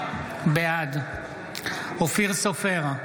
בעד אופיר סופר,